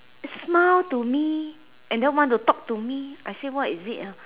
smile to me and then want to talk to me I say what is it ah